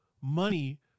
money